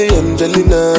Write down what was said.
angelina